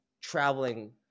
traveling